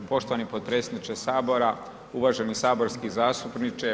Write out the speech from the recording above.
Poštovani potpredsjedniče Sabora, uvaženi saborski zastupniče.